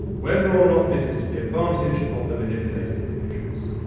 whether or not this is to the advantage of the manipulated individuals.